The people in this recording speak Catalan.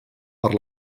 per